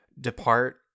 Depart